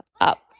up